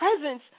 presence